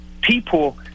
people